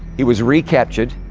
he was recaptured,